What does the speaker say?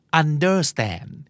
understand